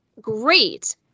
great